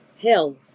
hell